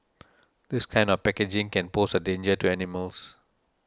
this kind of packaging can pose a danger to animals